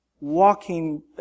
walking